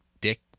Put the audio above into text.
dick